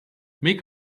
make